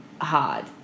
hard